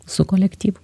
su kolektyvu